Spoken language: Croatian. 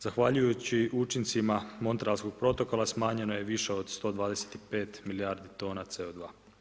Zahvaljujući učincima Montrealskog protokola smanjeno je više od 125 milijardi tona CO2.